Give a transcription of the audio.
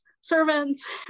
servants